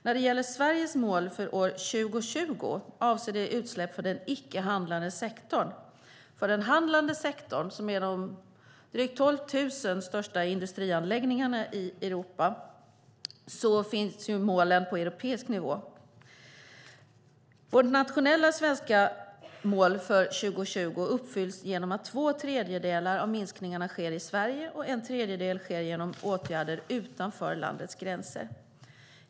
När det gäller Sveriges mål för år 2020 avser det utsläpp för den icke handlande sektorn. För den handlande sektorn, som ju omfattar de drygt 12 000 största industrianläggningarna i Europa, finns målen på europeisk nivå. Vårt nationella svenska mål för 2020 uppfylls genom att två tredjedelar av minskningarna sker i Sverige och en tredjedel genom åtgärder utanför landets gränser.